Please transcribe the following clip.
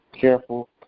careful